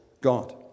God